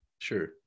Sure